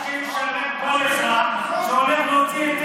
מה שמשלם כל אזרח שהולך להוציא היתר.